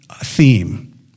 theme